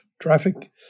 traffic